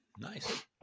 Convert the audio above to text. Nice